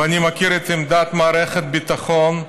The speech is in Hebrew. ואני מכיר את עמדת מערכת הביטחון,